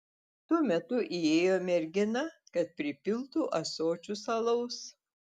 tuo metu įėjo mergina kad pripiltų ąsočius alaus